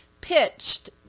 pitched